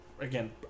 again